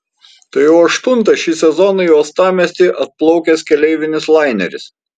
tai jau aštuntas šį sezoną į uostamiestį atplaukęs keleivinis laineris